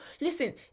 listen